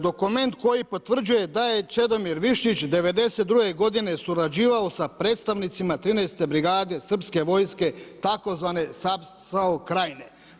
Dokument koji potvrđuje da je Čedomir Višnjić '92. godine surađivao sa predstavnicima 13. brigade srpske vojske tzv. SAO krajine.